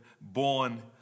born